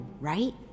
Right